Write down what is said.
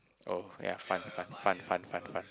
oh ya fun fun fun fun fun fun